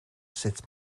sut